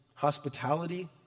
hospitality